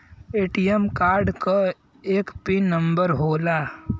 ATM card क एक PIN number होला